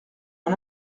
mon